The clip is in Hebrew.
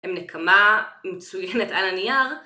הם נקמה מצוינת על הנייר.